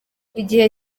igihe